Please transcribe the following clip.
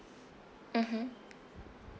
mmhmm